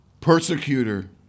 persecutor